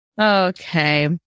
Okay